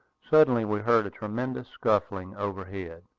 suddenly we heard a tremendous scuffling overhead.